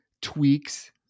tweaks